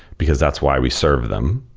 because that's why we serve them.